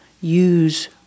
use